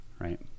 right